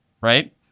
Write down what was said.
Right